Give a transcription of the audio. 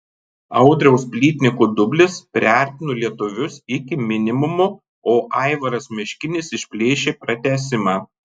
audriaus plytniko dublis priartino lietuvius iki minimumo o aivaras meškinis išplėšė pratęsimą